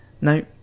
No